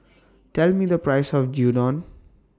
Tell Me The Price of Gyudon